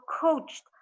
coached